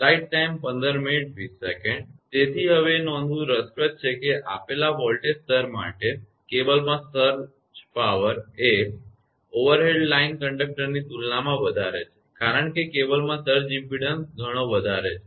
તેથી હવે એ નોંધવું રસપ્રદ છે કે આપેલા વોલ્ટેજ સ્તર માટે કેબલમાં સર્વ પાવર એ ઓવરહેડ લાઇન કંડકટરની તુલનામાં વધારે છે કારણકે કેબલમાં સર્જ ઇમપેડન્સ ઘણો ઓછો છે